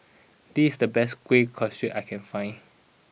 this the best Kueh Kasturi I can find